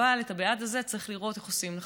אבל את הבעד הזה צריך לראות איך עושים נכון.